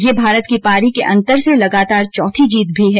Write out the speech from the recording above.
यह भारत की पारी के अंतर से लगातार चौथी जीत भी है